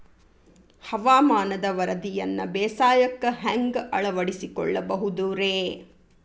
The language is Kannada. ಹವಾಮಾನದ ವರದಿಯನ್ನ ಬೇಸಾಯಕ್ಕ ಹ್ಯಾಂಗ ಅಳವಡಿಸಿಕೊಳ್ಳಬಹುದು ರೇ?